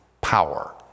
power